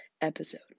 episode